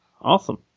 Awesome